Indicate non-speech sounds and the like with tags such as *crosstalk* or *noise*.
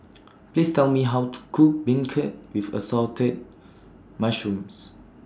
*noise* Please Tell Me How to Cook Beancurd with Assorted Mushrooms